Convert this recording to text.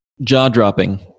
Jaw-dropping